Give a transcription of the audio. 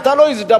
היתה לו הזדמנות,